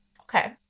Okay